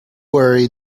worry